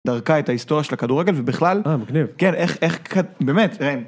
דרכה את ההיסטוריה של הכדורגל, ובכלל... אה, מגניב. כן, איך... באמת.